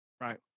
Right